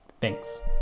Thanks